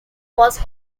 was